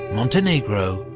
montenegro,